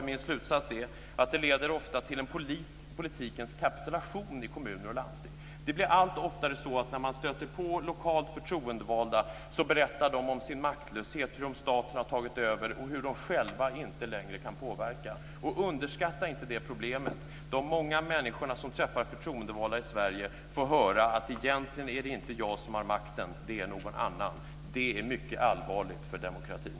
Min slutsats är att det ofta leder till en politikens kapitulation i kommuner och landsting. Det blir allt oftare så att när man stöter på lokalt förtroendevalda berättar de om sin maktlöshet, hur staten har tagit över och hur de själva inte längre kan påverka. Man ska inte underskatta det problemet. De många människorna som träffar förtroendevalda i Sverige får höra att det egentligen inte är de som har makten, det är någon annan. Det är mycket allvarligt för demokratin.